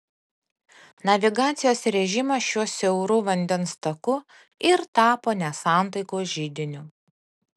navigacijos režimas šiuo siauru vandens taku ir tapo nesantaikos židiniu